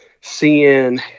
seeing